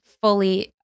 fully